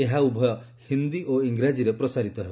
ଏହା ଉଭୟ ହିନ୍ଦୀ ଓ ଙ୍ଗରାଜୀରେ ପ୍ରସାରିତ ହେବ